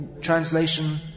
translation